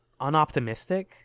unoptimistic